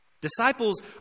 Disciples